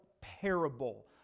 parable